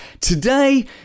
Today